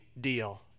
deal